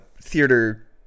theater